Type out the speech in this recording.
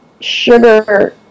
sugar